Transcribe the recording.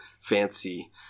fancy